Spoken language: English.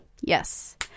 Yes